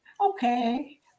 okay